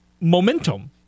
momentum